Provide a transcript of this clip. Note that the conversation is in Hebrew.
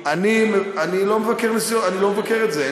אני לא מבקר נסיעות, אני לא מבקר את זה.